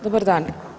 Dobar dan.